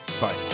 Bye